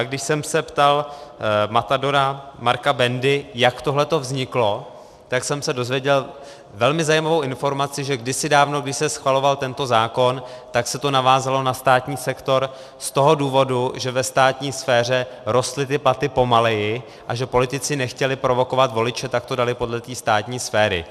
Když jsem se ptal matadora Marka Bendy, jak tohleto vzniklo, tak jsem se dozvěděl velmi zajímavou informaci, že kdysi dávno, když se schvaloval tento zákon, tak se to navázalo na státní sektor z toho důvodu, že ve státní sféře rostly platy pomaleji a že politici nechtěli provokovat voliče, tak to dali podle státní sféry.